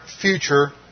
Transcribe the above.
future